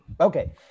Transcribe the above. Okay